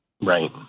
Right